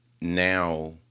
Now